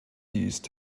used